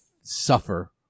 suffer